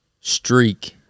streak